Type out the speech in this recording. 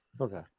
Okay